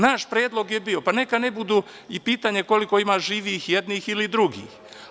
Naš predlog je bio – pa neka ne budu i pitanje je koliko ima živih jednih ili drugih.